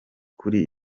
kuri